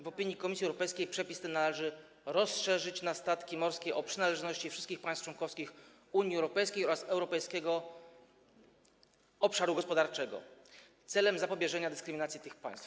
W opinii Komisji Europejskiej przepis ten należy rozszerzyć na statki morskie przynależące do wszystkich państw członkowskich Unii Europejskiej oraz Europejskiego Obszaru Gospodarczego celem zapobieżenia dyskryminacji tych państw.